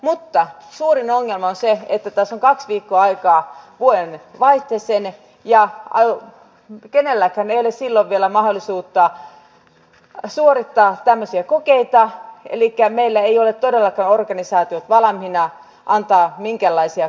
mutta suurin ongelma on se että tässä on kaksi viikkoa aikaa vuodenvaihteeseen ja kenelläkään ei ole silloin vielä mahdollisuutta suorittaa tämmöisiä kokeita elikkä meillä ei ole todellakaan organisaatiot valmiina antamaan minkäänlaisia kortteja ensi vuoden alusta